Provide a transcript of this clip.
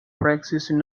preexisting